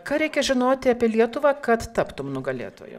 ką reikia žinoti apie lietuvą kad taptum nugalėtoju